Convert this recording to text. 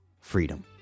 freedom